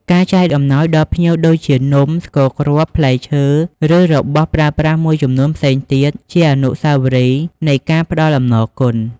ការចែកអំណោយដល់ភ្ញៀវដូចជានំ ស្ករគ្រាប់ ផ្លែឈើ ឬរបស់ប្រើប្រាស់មួយចំនួនផ្សេងទៀត ជាអនុស្សាវរីយ៍នៃការផ្តល់អំណរគុណ។